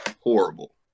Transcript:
horrible